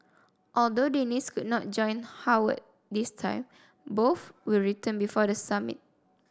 although Dennis could not join Howard this time both will return before the summit